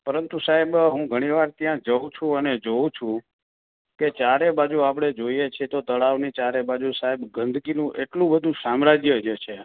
પરંતુ સાહેબ ઘણીવાર હું ઘણીવાર ત્યાં જાઉં છું અને જોઉં છું કે ચારે બાજુ આપણે જોઈએ છે તો તળાવની ચારે બાજુ સાહેબ ગંદકીનું એટલું બધું સામ્રાજ્ય જે છે